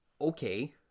Okay